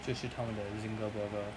就是他们的 zinger burger